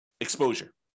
exposure